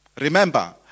Remember